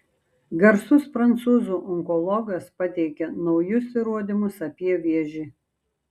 garsus prancūzų onkologas pateikia naujus įrodymus apie vėžį